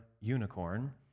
unicorn